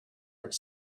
are